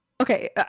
okay